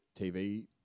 TV